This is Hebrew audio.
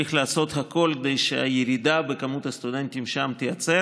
ולא היה אדם שיצא מהאקדמיה בלי לעבור איזשהן תחנות יסוד בתרבות